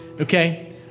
okay